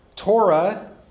Torah